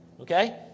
Okay